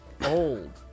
old